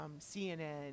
CNN